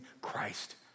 Christ